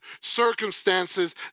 circumstances